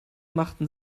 machten